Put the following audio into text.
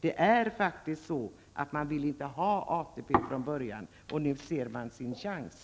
De borgerliga partierna ville inte ha ATP från början, och nu ser de sin chans.